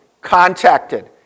contacted